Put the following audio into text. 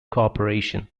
cooperation